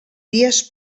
dies